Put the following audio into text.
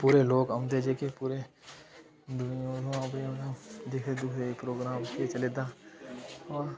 पूरे लोग औंदे जेह्के पूरे दुनिया दा अपने दिक्खदे दुक्खदे प्रोग्राम केह् चलै दा